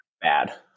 bad